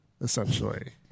essentially